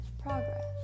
progress